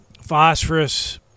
Phosphorus